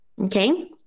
Okay